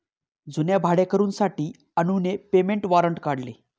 जुन्या भाडेकरूंसाठी अनुने पेमेंट वॉरंट काढले